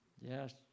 Yes